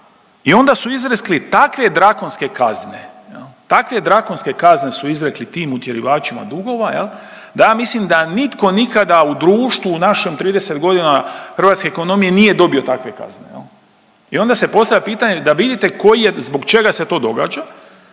i onda su izrekli takve drakonske kazne, takve drakonske kazne su izrekli tim utjerivačima dugova, da ja mislim da nitko nikada u društvu u našem 30 godina hrvatske ekonomije nije dobio takve kazne i onda se postavlja pitanje da vidite koji je, zbog čega se to događa